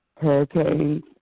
hurricanes